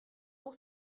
pour